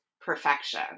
perfection